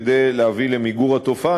כדי להביא למיגור התופעה.